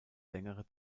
längere